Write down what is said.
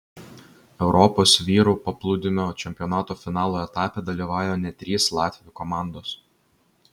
europos vyrų paplūdimio čempionato finalo etape dalyvauja net trys latvių komandos